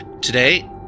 Today